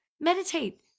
meditate